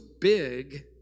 big